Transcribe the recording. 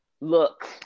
look